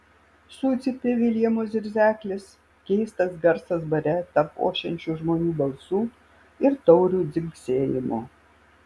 sucypė viljamo zirzeklis keistas garsas bare tarp ošiančių žmonių balsų ir taurių dzingsėjimo